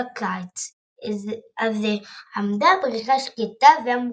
בקיץ הזה עמדה הברכה שקטה ועמקה,